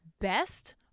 best